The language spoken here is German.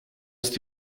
ist